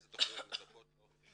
איזה תכניות מחכות לו,